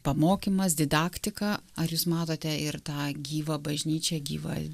pamokymas didaktika ar jūs matote ir tą gyvą bažnyčią gyvą